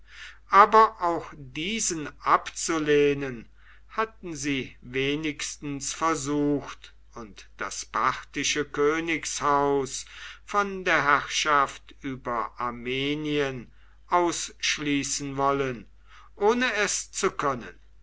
aber auch diesen abzulehnen hatten sie wenigstens versucht und das parthische königshaus von der herrschaft über armenien ausschließen wollen ohne es zu können